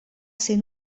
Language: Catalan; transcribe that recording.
ser